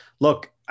look